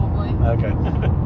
Okay